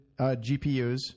GPUs